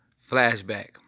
Flashback